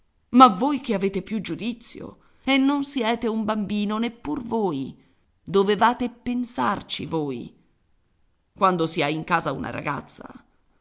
ma voi che avete più giudizio e non siete un bambino neppur voi dovevate pensarci voi quando si ha in casa una ragazza